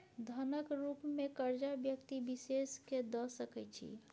धनक रुप मे करजा व्यक्ति विशेष केँ द सकै छी